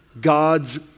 God's